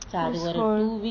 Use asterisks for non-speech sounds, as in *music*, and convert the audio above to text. *noise* that's one